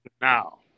now